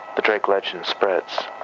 the drake legend spreads.